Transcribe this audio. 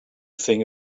think